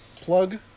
plug